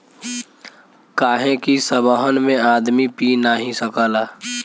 काहे कि सबहन में आदमी पी नाही सकला